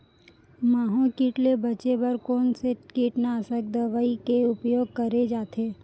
माहो किट ले बचे बर कोन से कीटनाशक दवई के उपयोग करे जाथे?